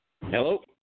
Hello